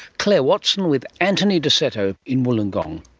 clare watson with anthony dosseto in wollongong.